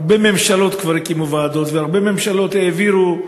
הרבה ממשלות כבר הקימו ועדות והרבה ממשלות העבירו,